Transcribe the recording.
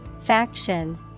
Faction